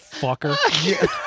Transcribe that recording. fucker